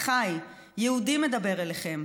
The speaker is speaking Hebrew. אחיי! יהודי מדבר אליכם.